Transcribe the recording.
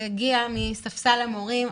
שהגיעה מספסל המורים,